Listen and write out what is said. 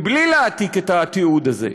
בלי להעתיק את התיעוד הזה.